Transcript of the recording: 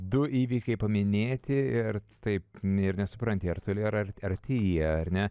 du įvykiai paminėti ir taip ir nesupranti ar toli ar ar arti jie ar ne